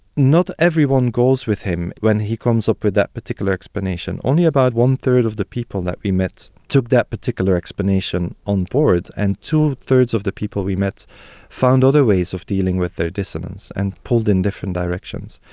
not everyone goes with him when he comes up with that particular explanation. only about one-third of the people that we met took that particular explanation on board, and two-thirds of the people we met found other ways of dealing with their dissonance and pulled in different directions.